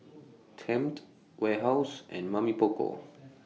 Tempt Warehouse and Mamy Poko